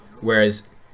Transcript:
whereas